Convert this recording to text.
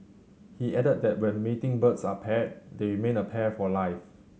he added that when mating birds are paired they remain a pair for life